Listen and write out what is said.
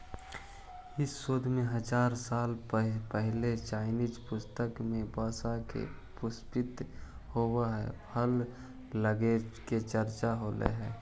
इस शोध में हजार साल पहिले चाइनीज पुस्तक में बाँस के पुष्पित होवे आउ फल लगे के चर्चा होले हइ